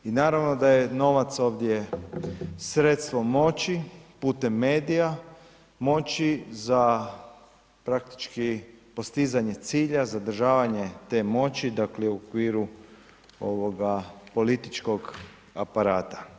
I naravno da je novac ovdje sredstvo moći putem medija, moći za praktički postizanja cilja, zadržavanje te moći, dakle u okviru ovoga, političkog aparata.